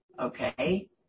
Okay